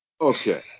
Okay